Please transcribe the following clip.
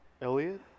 elliot